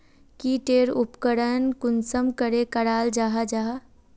की टेर उपकरण कुंसम करे कराल जाहा जाहा?